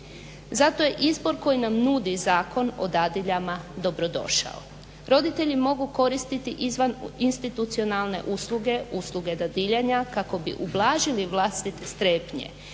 Zato je izbor koji nam nudi Zakon o dadiljama dobrodošao. Roditelji mogu koristiti izvan institucionalne usluge, usluge dadiljanja kako bi ublažili vlastite strepnje,